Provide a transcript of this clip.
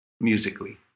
musically